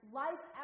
life